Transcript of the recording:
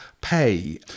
pay